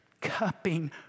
cupping